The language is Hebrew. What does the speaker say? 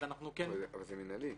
אבל זה מינהלי.